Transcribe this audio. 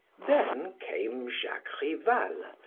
then came jacques rival,